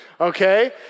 okay